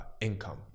income